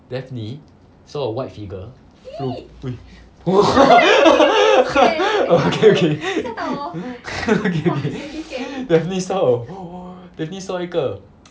daphne saw a white figure okay okay okay okay daphne saw a daphne saw 一个